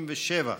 527,